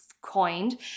coined